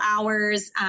hours